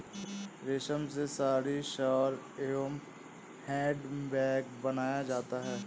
रेश्म से साड़ी, शॉल एंव हैंड बैग बनाया जाता है